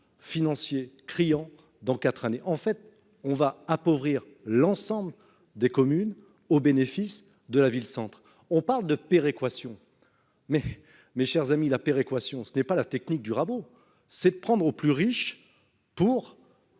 financier criant dans 4 années en fait on va appauvrir l'ensemble des communes au bénéfice de la ville centre. On parle de péréquation. Mais mes chers amis, la péréquation. Ce n'est pas la technique du rabot, c'est de prendre aux plus riches pour.